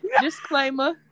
Disclaimer